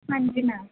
ਹਾਂਜੀ ਮੈਮ